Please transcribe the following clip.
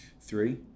Three